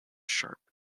sharp